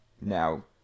now